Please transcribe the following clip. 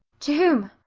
to whom?